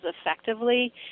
effectively